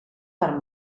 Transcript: per